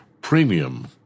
premium